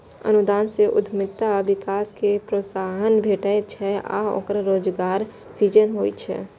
अनुदान सं उद्यमिता विकास कें प्रोत्साहन भेटै छै आ रोजगारक सृजन होइ छै